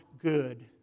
good